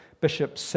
Bishop